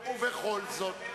לדעתי,